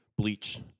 Bleach